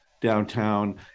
downtown